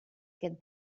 get